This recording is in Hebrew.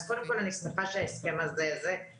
אז קודם כל אני שמחה שההסכם הזה --- כמובן